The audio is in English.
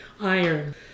iron